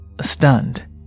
Stunned